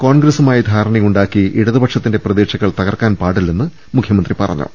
കോൺഗ്രസുമായി ധാരണയുണ്ടാക്കി ഇടതു പക്ഷത്തിന്റെ പ്രതീക്ഷകൾ തകർക്കാൻ പാടില്ലെന്ന് മുഖ്യമന്ത്രി പറഞ്ഞു